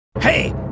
Hey